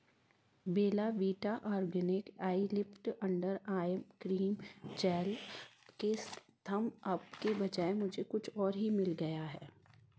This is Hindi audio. बेला Vita organic eye lift under eye cream gel case thumb up के बजाय मुझे कुछ और ही मिल गया है